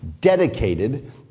dedicated